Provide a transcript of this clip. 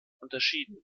unterschieden